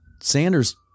Sanders